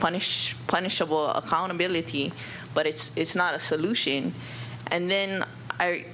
punish punishable accountability but it's not a solution and then